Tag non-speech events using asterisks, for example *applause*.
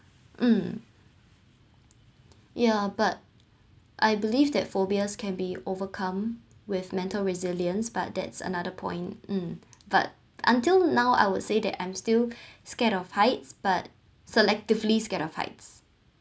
um yeah but I believe that phobias can be overcome with mental resilience but that's another point mm but until now I would say that I'm still *breath* scared of heights but selectively scared of heights